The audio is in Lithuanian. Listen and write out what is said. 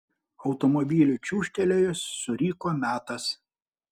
automobiliui čiūžtelėjus suriko metas